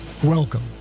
Welcome